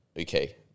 okay